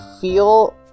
feel